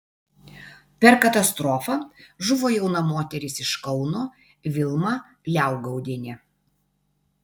per katastrofą žuvo jauna moteris iš kauno vilma liaugaudienė